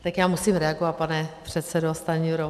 Tak já musím reagovat, pane předsedo Stanjuro.